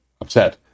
upset